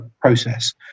process